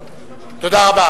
בעיה.